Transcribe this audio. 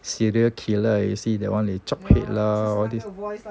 serial killer you see that one they chop head lah all this